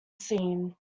seen